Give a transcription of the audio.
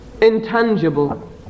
intangible